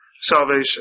salvation